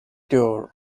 tour